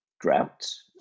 droughts